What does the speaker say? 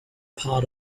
part